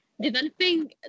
developing